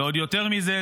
ועוד יותר מזה,